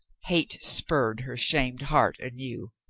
hate spurred her shamed heart anew.